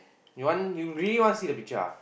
you want you really want see the picture ah